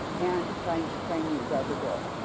and by by me, barbara dorff.